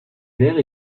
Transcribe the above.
verres